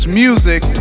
music